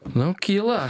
nu kyla